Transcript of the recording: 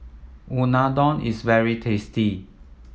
Unadon is very tasty